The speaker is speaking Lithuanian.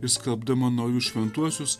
ir skelbdama naujus šventuosius